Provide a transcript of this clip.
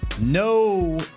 No